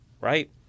right